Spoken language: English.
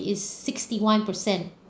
is sixty one percent